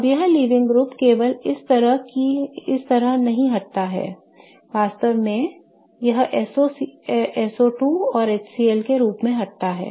अब यह leaving group केवल इस तरह नहीं हटता है वास्तव में यह SO2 और HCl के रूप में हटता है